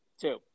Two